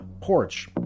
porch